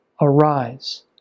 arise